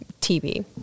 TV